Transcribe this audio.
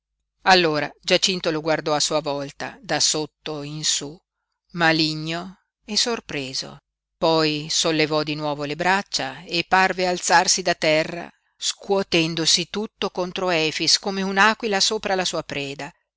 allora giacinto lo guardò a sua volta da sotto in su maligno e sorpreso poi sollevò di nuovo le braccia e parve alzarsi da terra scuotendosi tutto contro efix come un'aquila sopra la sua preda